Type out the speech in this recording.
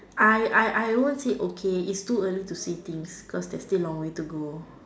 I I I won't say okay it's too early to say things because there's still long way to go